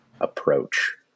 approach